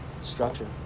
structure